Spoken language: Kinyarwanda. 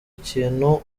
ikintu